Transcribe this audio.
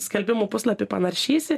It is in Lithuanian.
skelbimų puslapyje panaršysi